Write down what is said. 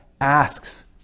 asks